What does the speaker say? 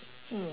mm